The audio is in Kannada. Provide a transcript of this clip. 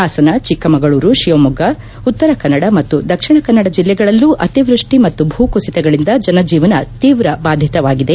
ಹಾಸನ ಚಿಕ್ಕಮಗಳೂರು ಶಿವಮೊಗ್ಗ ಉತ್ತರ ಕನ್ನಡ ಮತ್ತು ದಕ್ಷಿಣ ಕನ್ನಡ ಜಿಲ್ಲೆಗಳಲ್ಲೂ ಅತಿವ್ಯಕ್ಷಿ ಮತ್ತು ಭೂ ಕುಸಿತಗಳಿಂದ ಜನ ಜೀವನ ತೀವ್ರ ಬಾಧಿತವಾಗಿದೆ